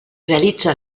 realitza